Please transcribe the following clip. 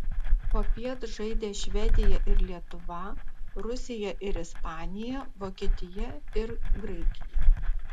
popiet žaidė švedija ir lietuva rusija ir ispanija vokietija ir graikija